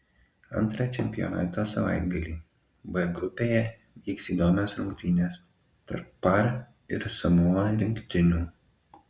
antrą čempionato savaitgalį b grupėje vyks įdomios rungtynės tarp par ir samoa rinktinių